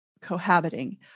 cohabiting